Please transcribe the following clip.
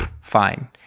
fine